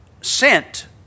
sent